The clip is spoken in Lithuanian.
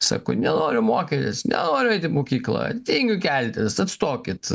sako nenoriu mokytis nenoriu eiti į mokyklą tingiu keltis atstokit